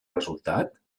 resultat